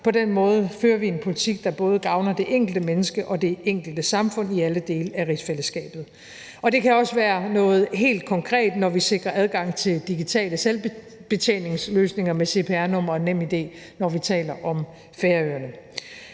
På den måde fører vi en politik, der både gavner det enkelte menneske og det enkelte samfund i alle dele af rigsfællesskabet. Det kan også være noget helt konkret, når vi sikrer adgang til digitale selvbetjeningsløsninger med cpr-numre og NemID, når vi taler om Færøerne.